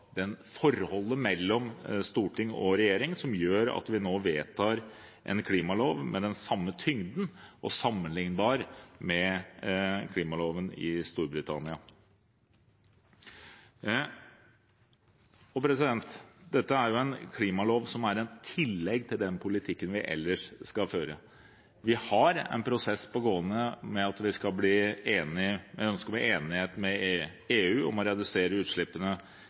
forholdet mellom storting og regjering, som gjør at vi nå vedtar en klimalov med den samme tyngden og sammenlignbar med klimaloven i Storbritannia. Dette er jo en klimalov som er et tillegg til den politikken vi ellers skal føre. Vi har en prosess pågående med hensyn til at vi ønsker enighet med EU om å redusere utslippene